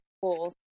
Schools